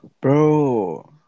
Bro